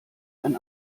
ein